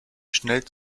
schnell